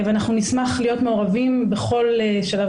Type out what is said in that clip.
ואנחנו נשמח להיות מעורבים בכל שלב